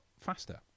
faster